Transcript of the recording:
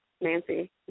Nancy